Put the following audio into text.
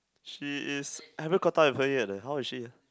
she is haven't caught up with her yet eh how is she ah